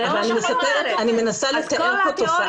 אני מנסה לתאר פה תופעה.